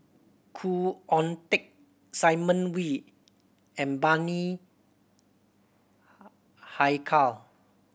Khoo Oon Teik Simon Wee and Bani Haykal